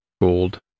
gold